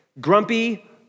grumpy